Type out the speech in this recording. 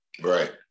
Right